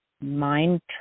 mind